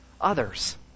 others